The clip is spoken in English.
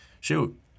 shoot